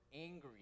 angry